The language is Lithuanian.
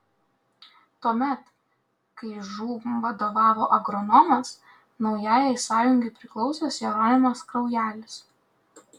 tuomet kai žūm vadovavo agronomas naujajai sąjungai priklausęs jeronimas kraujelis